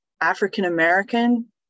African-American